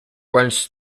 runs